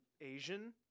Asian